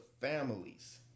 families